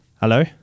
Hello